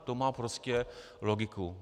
To má prostě logiku.